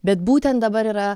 bet būtent dabar yra